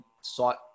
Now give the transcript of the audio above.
sought